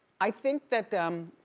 i think that, um,